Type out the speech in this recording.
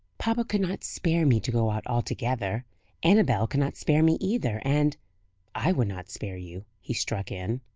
papa could not spare me to go out altogether annabel could not spare me either and i would not spare you, he struck in,